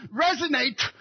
resonate